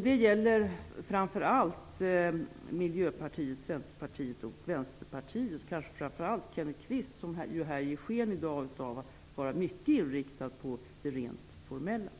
Det gäller framför allt Miljöpartiet, Centerpartiet och Vänsterpartiet, kanske framför allt Kenneth Kvist, som ju här i dag ger sken av att vara mycket inriktad på det rent formella.